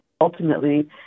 ultimately